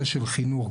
המשרדים חינוך,